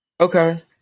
Okay